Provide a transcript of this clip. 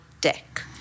deck